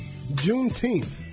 Juneteenth